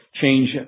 change